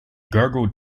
gargled